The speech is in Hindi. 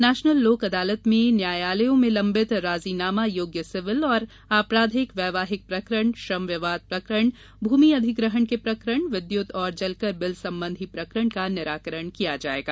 नेशनल लोक अदालत में न्यायालयों में लंबित राजीनामा योग्य सिविल और आपराधिक वैवाहिक प्रकरण श्रम विवाद प्रकरण भूमि अधिग्रहण के प्रकरण विद्युत एवं जलकर बिल संबंधी प्रकरण का निराकरण किया जाएगा